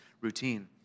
routine